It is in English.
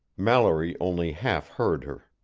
mallory only half heard her.